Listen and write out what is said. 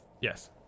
Yes